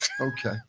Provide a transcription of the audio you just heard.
Okay